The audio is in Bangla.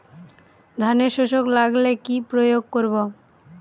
ধানের শোষক লাগলে কি প্রয়োগ করব?